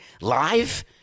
live